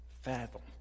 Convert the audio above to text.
fathom